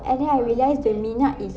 and then I realised the minyak is